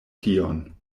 tion